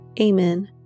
Amen